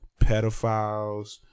pedophiles